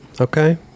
Okay